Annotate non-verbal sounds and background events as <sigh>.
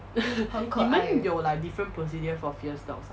<laughs> 你们有 like different procedure for fierce dogs